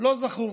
לא זכו.